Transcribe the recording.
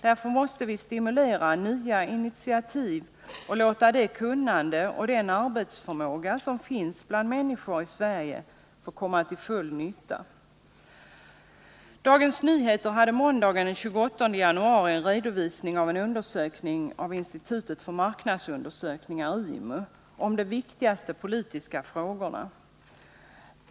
Därför måste vi stimulera nya initiativ och låta det kunnande och den arbetsförmåga som finns bland människor i Sverige få komma till full nytta. viktigaste politiska frågorna.